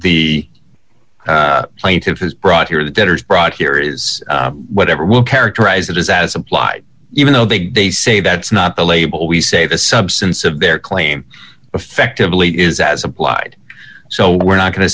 the plaintiff has brought here the debtor's brought here is whatever will characterize it is as applied even though they say that's not the label we say the substance of their claim effectively is as applied so we're not going to